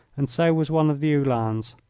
and so was one of the uhlans.